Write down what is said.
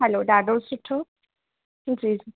हलो ॾाढो सुठो जी